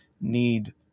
need